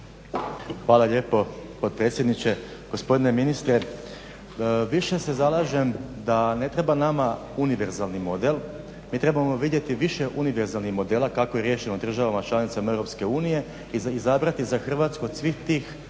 Hvala lijepo potpredsjedniče. Gospodine ministre, više se zalažem da ne treba nama univerzalni model, mi trebamo vidjeti više univerzalnih modela kako je riješeno u državama članicama Europske unije, izabrati za Hrvatsku od svih tih